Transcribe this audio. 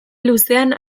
luzean